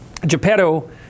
Geppetto